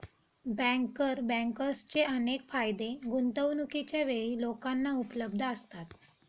banker बँकर्सचे अनेक फायदे गुंतवणूकीच्या वेळी लोकांना उपलब्ध असतात